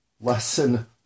lesson